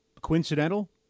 coincidental